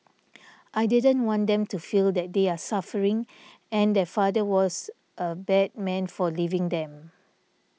I didn't want them to feel that they were suffering and their father was a bad man for leaving them